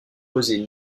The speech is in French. poser